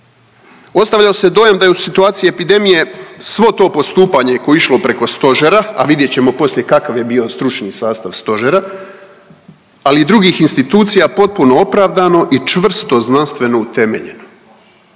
Ostavljao se dojam da je u situaciji epidemije svo to postupanje koje je išlo preko stožera, a vidjet ćemo poslije kakav je bio stručni sastav stožera, ali i drugih institucija, potpuno opravdano i čvrsto znanstveno utemeljeno,